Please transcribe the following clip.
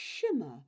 shimmer